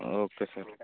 okay sir